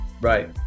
Right